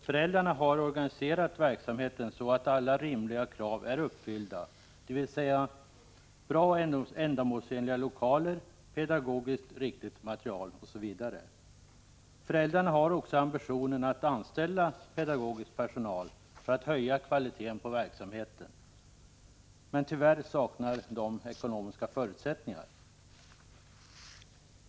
Föräldrarna har organiserat verksamheten så att alla rimliga krav är 55 uppfyllda: bra, ändamålsenliga lokaler, pedagogiskt riktigt material osv. Föräldrarna har också ambitionen att anställa pedagogisk personal för att höja kvaliteten på verksamheten, men de saknar tyvärr de ekonomiska förutsättningarna.